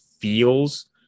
feels